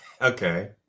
okay